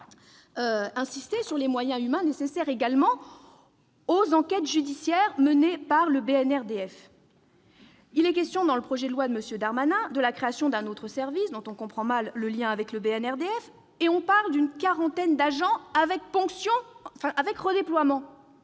insiste sur les moyens humains nécessaires aux enquêtes judiciaires menées par la BNRDF. Il est question, dans le projet de loi de M. Darmanin, de la création d'un autre service, dont on comprend mal le lien avec la BNRDF, et d'une quarantaine d'agents en redéploiement